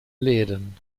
läden